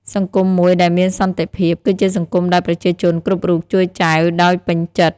សង្គមមួយដែលមានសន្តិភាព គឺជាសង្គមដែលប្រជាជនគ្រប់រូបជួយចែវដោយពេញចិត្ត។